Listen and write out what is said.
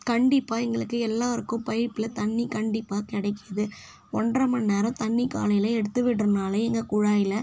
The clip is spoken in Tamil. கண்டிப்பாக எங்களுக்கு எல்லோருக்கும் பைப்பில் தண்ணி கண்டிப்பாக கிடைக்குது ஒன்ரை மணி நேரம் தண்ணி காலையில் எடுத்து விட்றதுனால எங்கள் குழாயில்